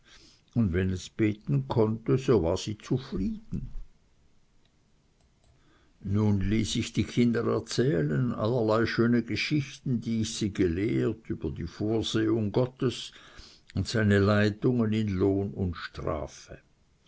und wenn es beten konnte so war sie zufrieden nun ließ ich die kinder erzählen allerlei schöne geschichten die ich sie gelehrt über die vorsehung gottes und seine leitungen in lohn und strafe